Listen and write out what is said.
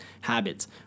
habits